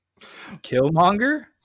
Killmonger